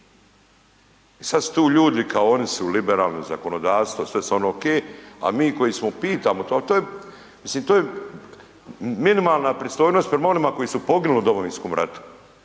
sad su tu ljudi kao oni su liberalni, zakonodavstvo, sve su oni okej, a mi koji smo pitamo to, al to je, mislim to je minimalna pristojnost prema onima koji su poginuli u Domovinskom ratu